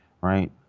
right